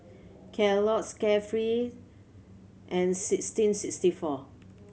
Kellogg's Carefree and sixteen sixty four